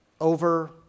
Over